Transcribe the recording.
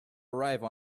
arrive